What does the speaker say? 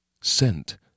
Scent